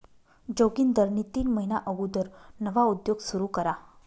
जोगिंदरनी तीन महिना अगुदर नवा उद्योग सुरू करा